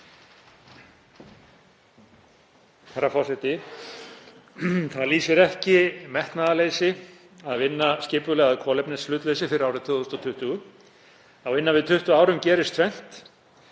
Herra forseti. Það lýsir ekki metnaðarleysi að vinna skipulega að kolefnishlutleysi fyrir árið 2040. Á innan við 20 árum gerist tvennt: